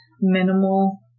minimal